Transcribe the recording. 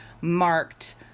marked